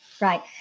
Right